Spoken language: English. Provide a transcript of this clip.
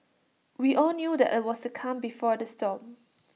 we all knew that IT was the calm before the storm